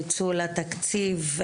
ניצול התקציב,